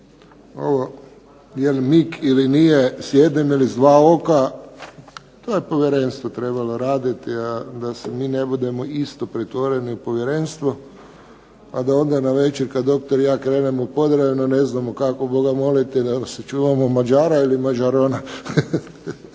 Ovo je li mig ili nije s jednim ili s dva oka, to je povjerenstvo trebalo raditi, a da se mi ne budemo isto pritvoreni u povjerenstvu, a da onda navečer kad doktor i ja krenemo u Podravinu, ne znamo kako Boga moliti, da li se čuvamo Mađara ili Mađarona.